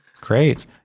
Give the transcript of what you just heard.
great